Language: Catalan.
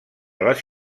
les